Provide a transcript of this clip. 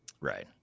Right